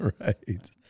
Right